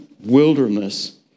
wilderness